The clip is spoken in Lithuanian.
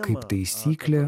kaip taisyklė